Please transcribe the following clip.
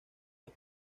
los